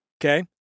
Okay